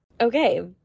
Okay